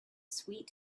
sweet